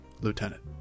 Lieutenant